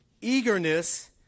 eagerness